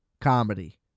comedy